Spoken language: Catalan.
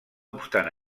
obstant